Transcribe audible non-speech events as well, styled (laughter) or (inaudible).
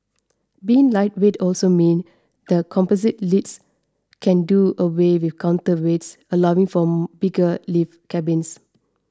being lightweight also means the composite lifts can do away with counterweights allowing for (hesitation) bigger lift cabins